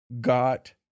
got